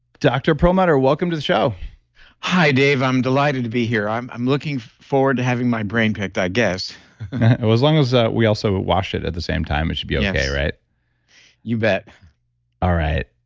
dr. perlmutter, welcome to the show hi dave, i'm delighted to be here. i'm i'm looking forward to having my brain picked, i guess well, as long as ah we also wash it at the same time, it should be okay. right you bet all right.